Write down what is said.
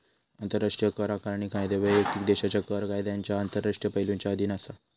आंतराष्ट्रीय कर आकारणी कायदे वैयक्तिक देशाच्या कर कायद्यांच्या आंतरराष्ट्रीय पैलुंच्या अधीन असा